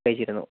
കഴിച്ചിരുന്നു